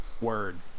Word